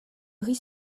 riz